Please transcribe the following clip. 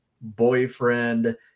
boyfriend